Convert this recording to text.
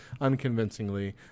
unconvincingly